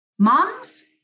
moms